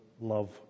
love